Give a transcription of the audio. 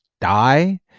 die